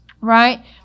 Right